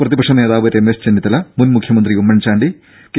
പ്രതിപക്ഷ നേതാവ് രമേശ് ചെന്നിത്തല മുൻമുഖ്യമന്ത്രി ഉമ്മൻചാണ്ടി കെ